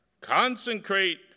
Consecrate